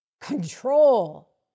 Control